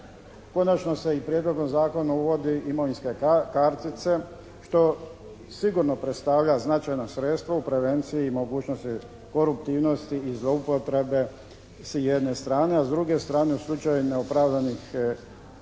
Konačno se i prijedlogom zakona uvode imovinske kartice što sigurno predstavlja značajna sredstva u prevenciji i mogućnosti koruptivnosti i zloupotrebe s jedne strane, a s druge strane u slučaju neopravdanih prozivanja